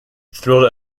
thrilled